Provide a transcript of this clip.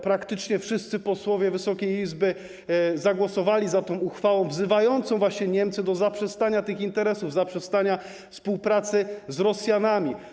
Praktycznie wszyscy posłowie Wysokiej Izby zagłosowali za tą uchwałą, wzywającą Niemcy do zaprzestania tych interesów, zaprzestania współpracy z Rosjanami.